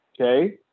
Okay